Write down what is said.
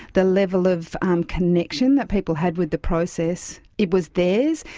the level of um connection that people had with the process. it was theirs.